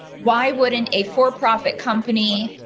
why wouldn't a, for profit company?